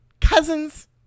cousins